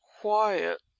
quiet